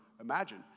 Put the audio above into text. imagine